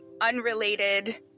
unrelated